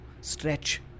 stretch